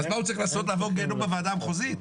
אז מה הוא צריך, לעבור גיהינום בוועדה המחוזית?